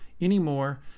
anymore